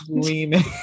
Screaming